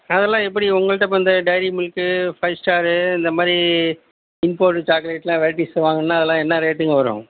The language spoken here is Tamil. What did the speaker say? அதெல்லாம் எப்படி உங்கள்கிட்ட இப்போ இந்த டைரி மில்க்கு ஃபைவ் ஸ்டாரு இந்தமாதிரி இம்போட்டடு சாக்லேட்லாம் வெரைட்டிஸா வாங்கணும்னா அதெல்லாம் என்ன ரேட்டுங்க வரும்